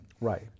right